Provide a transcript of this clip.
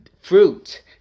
fruit